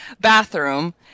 bathroom